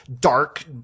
dark